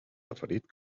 referit